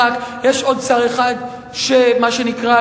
יש עוד שר אחד שמה שנקרא,